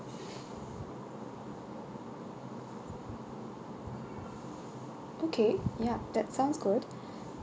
okay yup that sounds good